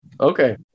okay